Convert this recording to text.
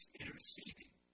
interceding